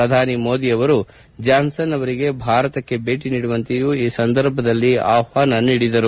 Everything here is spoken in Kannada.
ಪ್ರಧಾನಿ ಮೋದಿ ಅವರು ಜಾನ್ಸನ್ ಅವರಿಗೆ ಭಾರತಕ್ಕೆ ಭೇಟ ನೀಡುವಂತೆಯೂ ಈ ಸಂದರ್ಭದಲ್ಲಿ ಆಹ್ವಾನಿಸಿದರು